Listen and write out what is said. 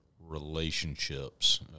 relationships